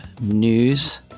News